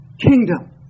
kingdom